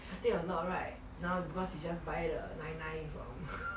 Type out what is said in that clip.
I think a lot right now because you just buy the nine nine from